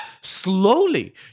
slowly